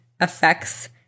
affects